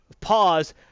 pause